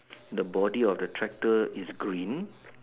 the body of the tractor is green